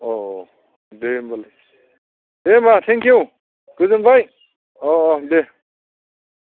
औ अह दे होनबालाय दे होमबा थेंकिउ गोजोनबाय अह अह दे